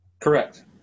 Correct